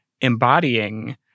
embodying